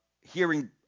hearing